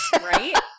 right